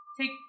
take